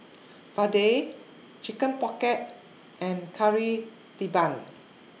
Vadai Chicken Pocket and Kari Debal